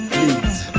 Please